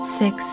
six